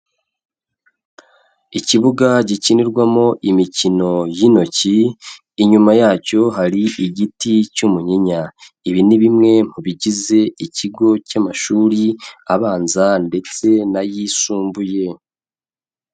Ikibuga gikinirwamo imikino y'intoki, inyuma yacyo hari igiti cy'umunyinya, ibi ni bimwe mu bigize ikigo cy'amashuri abanza ndetse n'ayisumbuye.